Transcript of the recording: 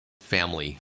family